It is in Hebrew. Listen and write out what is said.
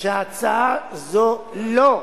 שהצעה זו לא,